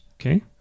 Okay